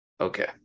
Okay